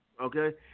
Okay